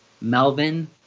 Melvin